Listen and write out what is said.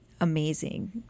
amazing